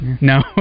No